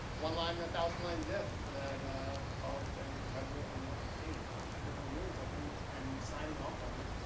one line in a thousand line diff that caused an incredible amount of pain. if you're reviewing something, and signing off on it,